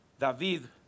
David